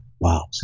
wow